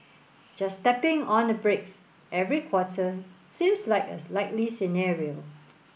just tapping on the brakes every quarter seems like a likely scenario